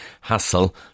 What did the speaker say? hassle